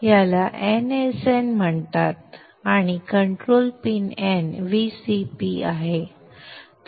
याला nsn म्हणतात आणि कंट्रोल पिन nVcp आहे